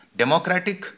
democratic